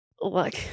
look